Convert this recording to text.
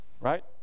Right